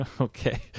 Okay